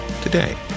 today